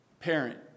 Parent